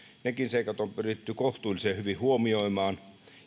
nekin seikat on pyritty kohtuullisen hyvin huomioimaan